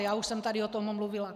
Já už jsem tady o tom mluvila.